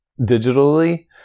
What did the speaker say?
digitally